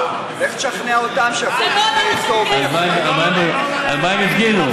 לך תשכנע אותם, על מה הם הפגינו?